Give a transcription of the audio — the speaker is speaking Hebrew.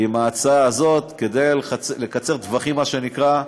עם ההצעה הזאת, כדי לקצר טווחים, מה שנקרא,